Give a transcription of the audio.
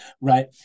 right